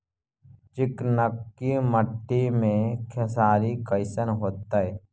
चिकनकी मट्टी मे खेसारी कैसन होतै?